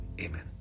Amen